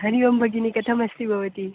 हरिः ओम् भगिनी कथम् अस्ति भवति